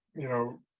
you know,